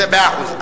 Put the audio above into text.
מאה אחוז.